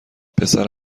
پسر